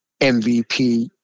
MVP